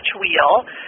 Wheel